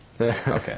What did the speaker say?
Okay